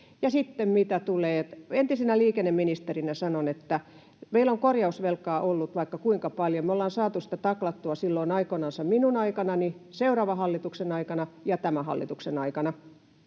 siihen päästä. Entisenä liikenneministerinä sanon, että meillä on korjausvelkaa ollut vaikka kuinka paljon. Me ollaan saatu sitä taklattua silloin aikoinansa minun aikanani, seuraavan hallituksen aikana ja tämän hallituksen aikana,